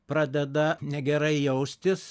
pradeda negerai jaustis